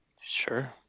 Sure